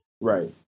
Right